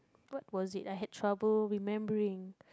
what was it I had trouble remembering